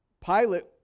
Pilate